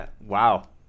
wow